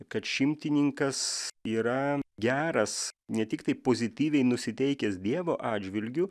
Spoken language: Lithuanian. kad šimtininkas yra geras ne tiktai pozityviai nusiteikęs dievo atžvilgiu